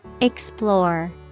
Explore